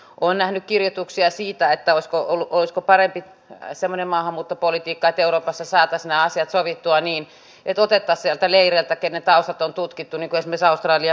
on nähnyt kirjoituksia siitä että oulu toista parempi peseminen maahanmuuttopolitiikan eurooppa sisältä sen asiat ei siirretä valtiolta ongelmia kuntakentälle vaan julkinen talous on kokonaisuus